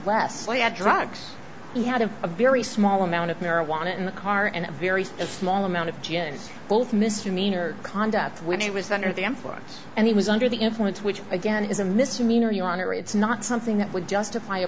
had drugs he had a very small amount of marijuana in the car and a very small amount of gin both misdemeanor conduct when he was under the influence and he was under the influence which again is a misdemeanor your honor it's not something that would justify a